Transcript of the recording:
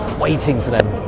what you think for them